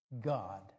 God